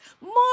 more